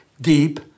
deep